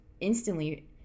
instantly –